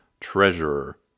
treasurer